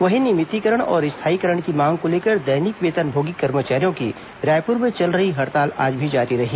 वहीं नियमितीकरण और स्थायीकरण की मांग को लेकर दैनिक वेतनभोगी कर्मचारियों की रायपूर में चल रही हड़ताल आज भी जारी रही